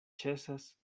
ĉesas